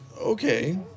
Okay